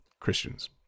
Christians